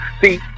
See